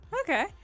Okay